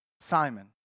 Simon